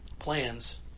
plans